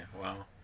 wow